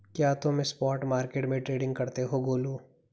क्या तुम spot market में ट्रेडिंग करते हो गोलू?